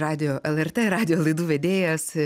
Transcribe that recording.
radijo lrt radijo laidų vedėjas